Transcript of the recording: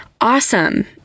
Awesome